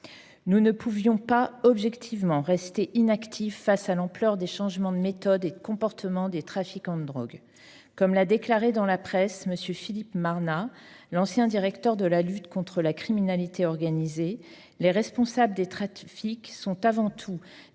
Nous ne pouvions pas objectivement rester inactifs face à l'ampleur des changements de méthode et de comportement des trafiquants de drogue. Comme l'a déclaré dans la presse M. Philippe Marna, l'ancien directeur de la lutte contre la criminalité organisée, les responsables des trafiques sont avant tout